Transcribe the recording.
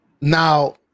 now